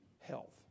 health